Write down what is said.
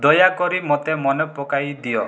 ଦୟାକରି ମୋତେ ମନେପକାଇ ଦିଅ